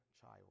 child